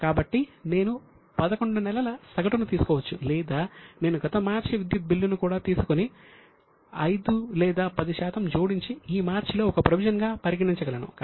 కాబట్టి నేను 11 నెలల సగటును తీసుకోవచ్చు లేదా నేను గత మార్చి విద్యుత్ బిల్లును కూడా తీసుకొని 5 లేదా 10 శాతం జోడించి ఈ మార్చిలో ఒక ప్రొవిజన్ గా పరిగణించగలను